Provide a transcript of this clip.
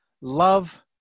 Love